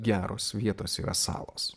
geros vietos yra salos